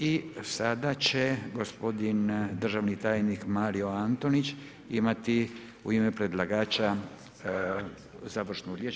I sada će gospodin državni tajnik Mario Antonić imati u ime predlagača završnu riječ.